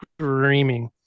screaming